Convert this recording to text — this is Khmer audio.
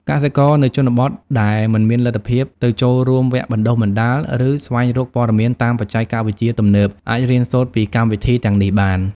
កសិករនៅជនបទដែលមិនមានលទ្ធភាពទៅចូលរួមវគ្គបណ្ដុះបណ្ដាល ឬស្វែងរកព័ត៌មានតាមបច្ចេកវិទ្យាទំនើប អាចរៀនសូត្រពីកម្មវិធីទាំងនេះបាន។